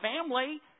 family